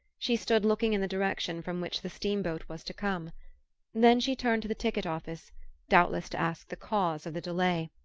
she stood looking in the direction from which the steamboat was to come then she turned to the ticket-office, doubtless to ask the cause of the delay.